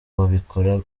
babikora